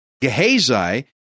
Gehazi